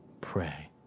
pray